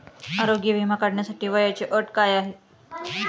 आरोग्य विमा काढण्यासाठी वयाची अट काय आहे?